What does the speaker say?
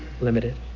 limited